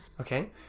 Okay